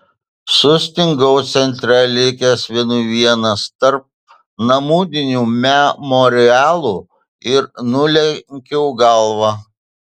sustingau centre likęs vienui vienas tarp namudinių memorialų ir nulenkiau galvą